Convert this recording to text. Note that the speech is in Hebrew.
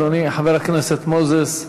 אדוני חבר הכנסת מוזס,